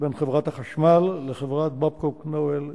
בין חברת חשמל ובין חברת "בבקוק נואל,